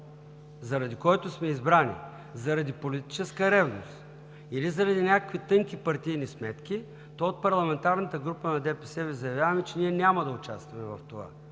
заради който сме избрани, заради политическа ревност или заради някакви тънки партийни сметки, то от парламентарната група на ДПС Ви заявяваме, че няма да участваме в това.